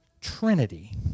trinity